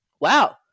wow